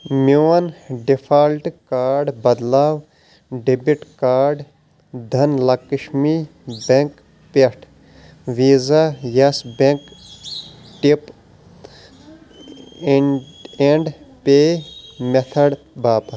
میون default card بدلاو debit card Dhan Lakshmi bank پٮ۪ٹھ Visa Yes bank tap and pay method باپتھ